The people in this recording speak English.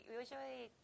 usually